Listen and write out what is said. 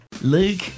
Luke